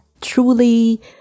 truly